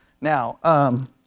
Now